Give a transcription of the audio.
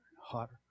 hotter